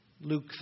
Luke